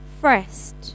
first